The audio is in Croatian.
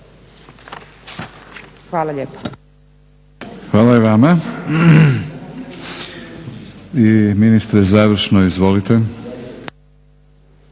Milorad (HNS)** Hvala i vama. I ministre završno izvolite.